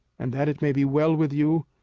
and that it may be well with you,